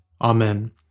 Amen